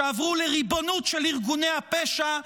שעברו לריבונות של ארגוני הפשע,